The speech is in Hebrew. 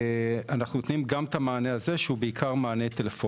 אנחנו נותנים גם את המענה הזה, שהוא בעיקר טלפוני.